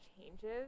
changes